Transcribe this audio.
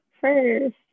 first